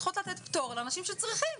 צריכות לתת פטור לאנשים שצריכים,